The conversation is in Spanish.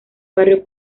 barrio